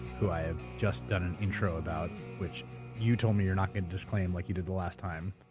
who i have just done an intro about which you told me you're not going to disclaim like you did the last time.